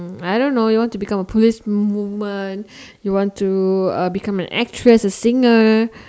uh I don't know you want to become a police woman you want to uh become an actress a singer